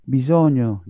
bisogno